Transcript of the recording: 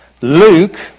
Luke